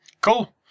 Cool